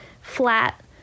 flat